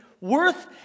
worth